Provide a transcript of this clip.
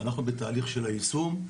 ואנחנו בתהליך של היישום.